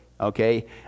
Okay